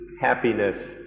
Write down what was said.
happiness